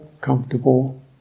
comfortable